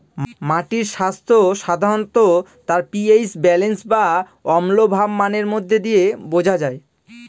মাটির স্বাস্থ্য সাধারনত তার পি.এইচ ব্যালেন্স বা অম্লভাব মানের মধ্যে দিয়ে বোঝা যায়